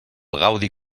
gaudi